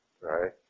right